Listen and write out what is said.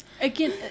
again